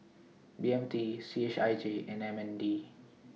B M T C H I J and M N D